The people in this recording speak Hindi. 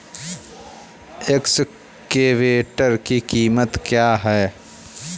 एक्सकेवेटर की कीमत क्या है?